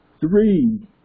three